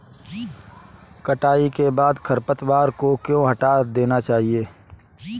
कटाई के बाद खरपतवार को क्यो हटा देना चाहिए?